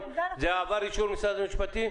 זה עבר אישור משרד המשפטים?